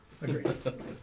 agreed